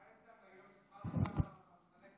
היום התחלת לחלק תארים?